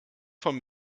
von